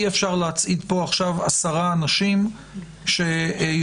אי-אפשר להצעיד עשרה אנשים שיאמרו.